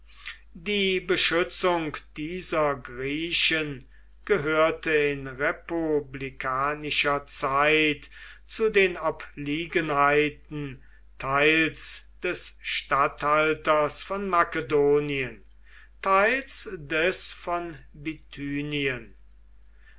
die beschützung dieser griechen gehörte in republikanischer zeit zu den obliegenheiten teils des statthalters von makedonien teils des